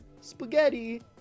spaghetti